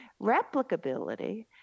Replicability